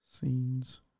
Scenes